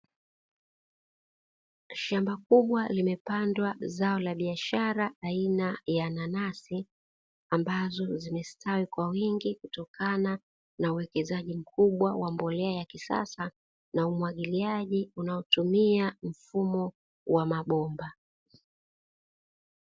Shamba kubwa limepandwa zao na biashara aina ya nanasi, ambazo zimestawi kwa wingi kutokana na uwekezaji mkubwa wa mbolea ya kisasa na umwagiliaji unaotumia mfumo wa mabomba.